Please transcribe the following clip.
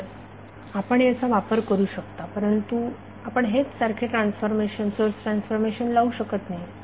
तर आपण याचा वापर करू शकता परंतु आपण हेच सारखे सोर्स ट्रान्सफॉर्मेशन लावू शकत नाही